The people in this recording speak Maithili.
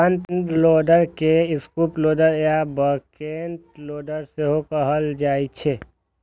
फ्रंट एंड लोडर के स्कूप लोडर या बकेट लोडर सेहो कहल जाइ छै